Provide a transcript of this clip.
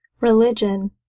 religion